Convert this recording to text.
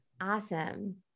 Awesome